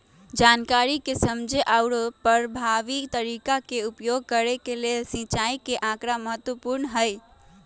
जनकारी के समझे आउरो परभावी तरीका के उपयोग करे के लेल सिंचाई के आकड़ा महत्पूर्ण हई